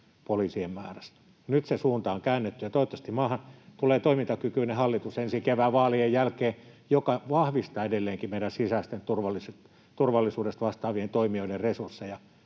poliisien määrästä. Nyt se suunta on käännetty, ja toivottavasti maahan tulee ensi kevään vaalien jälkeen toimintakykyinen hallitus, joka vahvistaa edelleenkin meidän sisäisestä turvallisuudesta vastaavien toimijoiden resursseja.